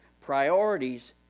Priorities